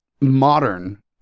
modern